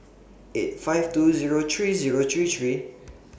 eight five two Zero three Zero three three